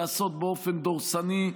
לעשות באופן דורסני,